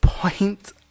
point